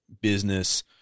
business